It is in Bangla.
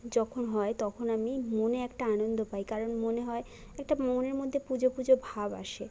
যখন হয় তখন আমি মনে একটা আনন্দ পাই কারণ মনে হয় একটা মনের মধ্যে পুজো পুজো ভাব আসে